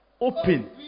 open